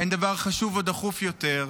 אין דבר חשוב ודחוף יותר,